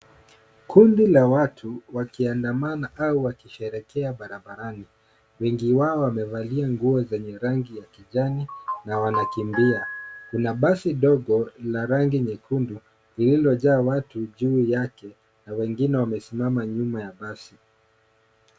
Kundi la watu wakiandamana au wakisherehekea barabarani. Wengi wao wamevalia nguo zenye rangi ya kijani na wanakimbia. Kuna basi ndogo la rangi nyekundu lililojaa watu juu yake na wengine wamesimama nyuma ya basi.